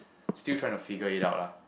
still trying to figure it out lah